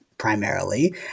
Primarily